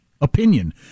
Opinion